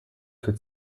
für